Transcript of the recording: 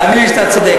תאמין לי שאתה צודק,